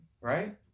Right